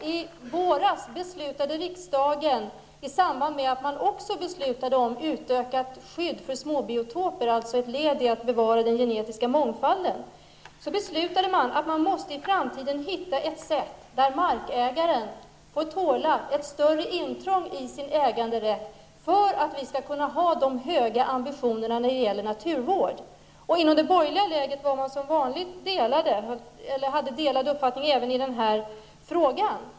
I våras beslutade riksdagen -- i samband med beslutet om utökat skydd för småbiotoper, alltså ett led i att bevara den genetiska månfalden -- att man i framtiden måste finna ett sätt där markägaren får tåla ett större intrång i sin äganderätt för att vi skall kunna upprätthålla de höga ambitionerna när det gäller naturvård. Inom det borgerliga lägret hade man som vanligt delade uppfattningar, även i denna fråga.